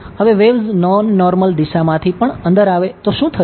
હવે waves non normal દિશામાથી પણ અંદર આવે તો શું થશે